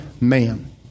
man